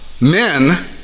men